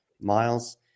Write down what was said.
miles